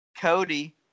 Cody